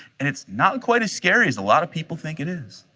and it's not quite as scary as a lot of people think it is.